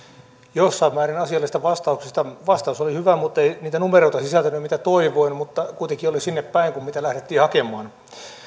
jossain määrin asiallisesta vastauksesta vastaus oli hyvä mutta ei niitä numeroita sisältänyt mitä toivoin mutta kuitenkin oli sinnepäin kuin mitä lähdettiin hakemaan